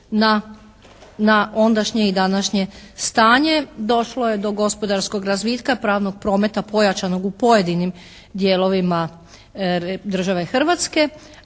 na ondašnje i današnje stanje. Došlo je do gospodarskog razvitka, pravnog prometa pojačanog u pojedinim dijelovima države Hrvatske